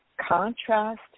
contrast